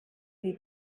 die